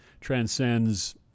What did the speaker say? transcends